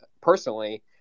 personally